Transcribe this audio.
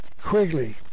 Quigley